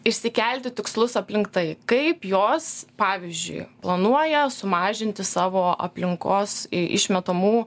išsikelti tikslus aplink tai kaip jos pavyzdžiui planuoja sumažinti savo aplinkos i išmetamų